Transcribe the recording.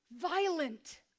Violent